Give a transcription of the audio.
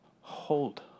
Hold